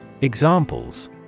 Examples